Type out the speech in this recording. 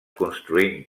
construint